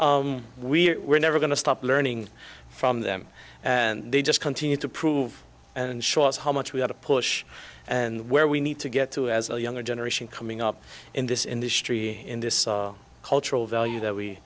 we were never going to stop learning from them and they just continued to prove and show us how much we had a push and where we need to get to as a younger generation coming up in this industry in this cultural value that we